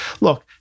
look